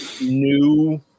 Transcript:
new